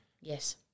Yes